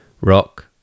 rock